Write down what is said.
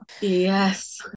Yes